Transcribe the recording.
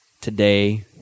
today